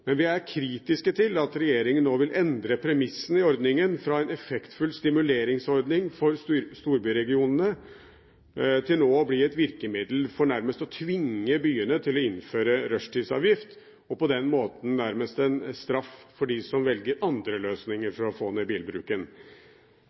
men vi er kritiske til at regjeringen nå vil endre premissene i ordningen, fra en effektfull stimuleringsordning for storbyregionene til nå å bli et virkemiddel for nærmest å tvinge byene til å innføre rushtidsavgift, og på den måten nærmest en straff for dem som velger andre løsninger